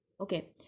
Okay